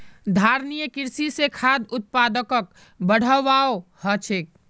धारणिये कृषि स खाद्य उत्पादकक बढ़ववाओ ह छेक